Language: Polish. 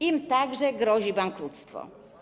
Im także grozi bankructwo.